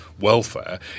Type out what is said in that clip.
welfare